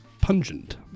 pungent